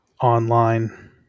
online